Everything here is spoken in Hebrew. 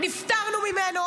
נפטרנו ממנו,